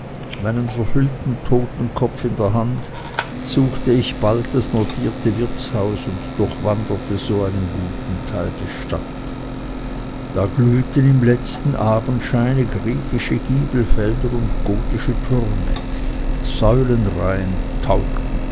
meinen verhüllten totenkopf in der hand suchte ich bald das notierte wirtshaus und durchwanderte so einen guten teil der stadt da glühten im letzten abendscheine griechische giebelfelder und gotische türme